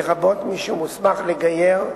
לרבות מי ש הוסמך לגייר,